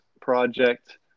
Project